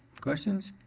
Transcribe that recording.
questions?